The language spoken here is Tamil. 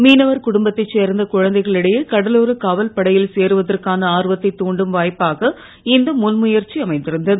மீனவர் குடும்பத்தைச் சேர்ந்த குழந்தைகளிடையே கடலோர காவல்படையில் சேருவதற்கான ஆர்வத்தை தூண்டும் வாய்ப்பாக இந்த முன்முயற்சி அமைந்திருந்தது